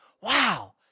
wow